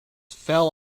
fell